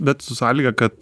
bet su sąlyga kad